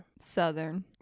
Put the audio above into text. Southern